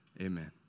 Amen